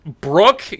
Brooke